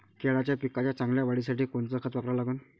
केळाच्या पिकाच्या चांगल्या वाढीसाठी कोनचं खत वापरा लागन?